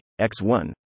X1